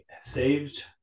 saved